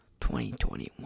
2021